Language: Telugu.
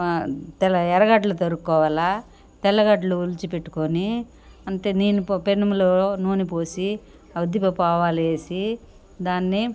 తె ఎర్రగడ్డలు తరుక్కోవాలా తెల్లగడ్డలు ఒలిచిపెట్టుకొని అంటే నేను ప పెనములో నూనెపోసి ఉద్దిపప్పు ఆవాలేసి దాన్ని